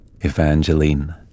Evangeline